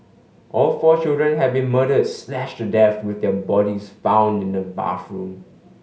all four children had been murdered slashed to death with their bodies found in the bathroom